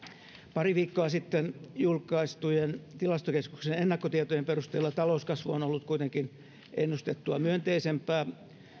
pari viikkoa sitten julkaistujen tilastokeskuksen ennakkotietojen perusteella talouskasvu on ollut kuitenkin ennustettua myönteisempää